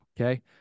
okay